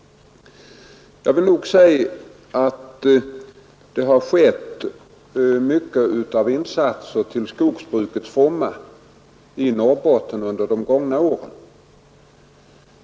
Jag vill säga att stora insatser till skogsbrukets fromma har gjorts i Norrbotten under de gångna åren.